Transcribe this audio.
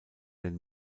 den